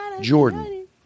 Jordan